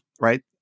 right